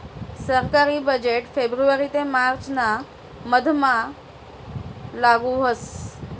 सरकारी बजेट फेब्रुवारी ते मार्च ना मधमा लागू व्हस